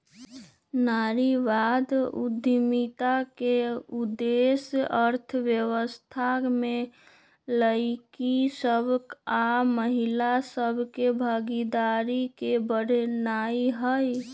नारीवाद उद्यमिता के उद्देश्य अर्थव्यवस्था में लइरकि सभ आऽ महिला सभ के भागीदारी के बढ़ेनाइ हइ